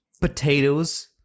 potatoes